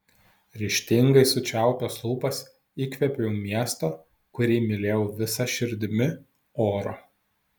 ryžtingai sučiaupęs lūpas įkvėpiau miesto kurį mylėjau visa širdimi oro